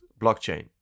blockchain